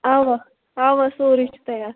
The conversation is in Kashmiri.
اوا اوا سورٕے چھُ تیار